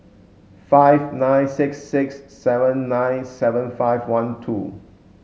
five nine six six seven nine seven five one two